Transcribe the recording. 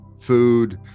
food